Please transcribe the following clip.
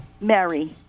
Mary